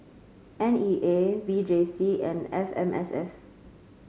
N E A V J C and F M S S